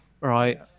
right